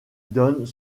donnent